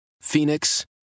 Phoenix